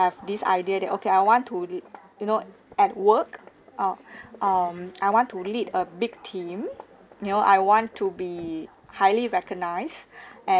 have this idea that okay I want to you know at work uh um I want to lead a big team you know I want to be highly recognised and